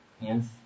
Yes